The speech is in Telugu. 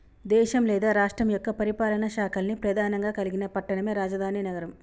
దేశం లేదా రాష్ట్రం యొక్క పరిపాలనా శాఖల్ని ప్రెధానంగా కలిగిన పట్టణమే రాజధాని నగరం